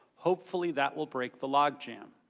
hopefully, that will break the log jam.